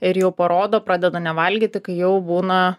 ir jau parodo pradeda nevalgyti kai jau būna